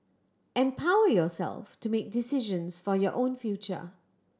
empower yourself to make decisions for your own future